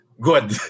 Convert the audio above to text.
good